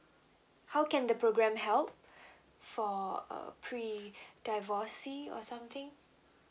how can the program help for uh pre divorcee or something